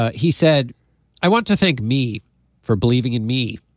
ah he said i want to thank me for believing in me.